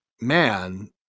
man